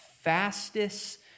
fastest